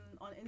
on